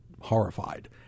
horrified